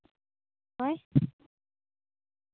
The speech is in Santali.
ᱦᱳᱭ